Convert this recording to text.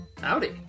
Howdy